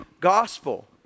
Gospel